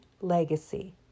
legacy